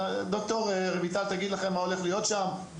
ד"ר רויטל תגיד לכם מה הולך להיות שם.